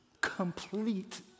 complete